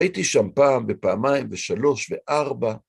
הייתי שם פעם, ופעמיים, ושלוש, וארבע.